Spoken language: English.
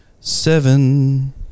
Seven